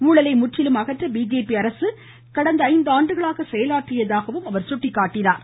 ஊழலை முற்றிலும் அஅற்ற பிஜேபி அரசு கடந்த இந்து ஆண்டுகளாக செயலாற்றியதாக அவர் குறிப்பிட்டார்